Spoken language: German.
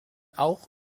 auch